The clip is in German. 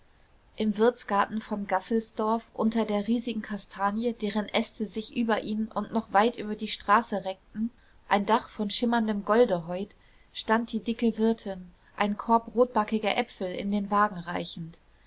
im wirtsgarten von gasselsdorf unter der riesigen kastanie deren äste sich über ihn und noch weit über die straße reckten ein dach von schimmerndem golde heut stand die dicke wirtin einen korb rotbackiger äpfel in den wagen reichend